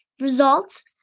results